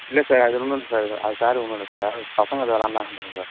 இல்லை சார் அதில் ஒன்று இல்லை சார் அது சாரு ஒன்றும் இல்லை சார் யாரோ பசங்க எதோ விள்ளாண்டாங்க போல் சார்